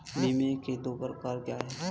बीमा के दो प्रकार क्या हैं?